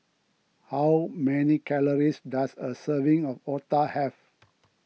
how many calories does a serving of Otah have